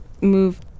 move